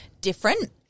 different